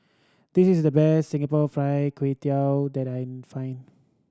this is the best Singapore Fried Kway Tiao that I can find